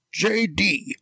jd